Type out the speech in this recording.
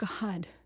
God